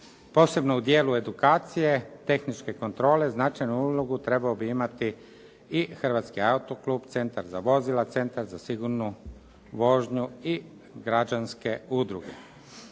posebno u dijelu edukacije, tehničke kontrole značajnu ulogu trebao bi imati i Hrvatski autoklub, Centar za vozila, Centar za sigurnu vožnju i građanske udruge.